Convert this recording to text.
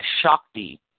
Shakti